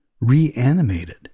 reanimated